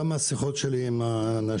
גם השיחות שלי עם האנשים,